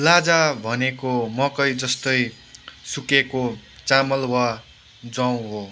लाजा भनेको मकै जस्तै सुकेको चामल वा जौँ हो